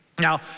Now